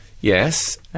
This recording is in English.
Yes